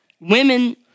women